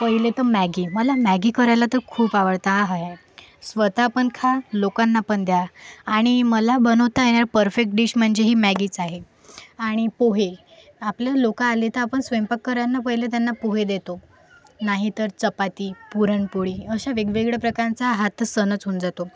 पहिले तर मॅगी मला मॅगी करायला तर खूप आवडतं आय हाय हाय स्वतः पण खा लोकांना पण द्या आणि मला बनवता येणार परफेक्ट डिश म्हणजे ही मॅगीच आहे आणि पोहे आपले लोकं आले तर आपण स्वयंपाक करांना पहिले आपण त्यांना पोहे देतो नाहीतर चपाती पुरणपोळी अशा वेगवेगळ्या प्रकारचा हा तर सणच होऊन जातो